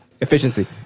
efficiency